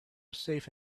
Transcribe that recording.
safe